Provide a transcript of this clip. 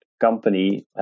company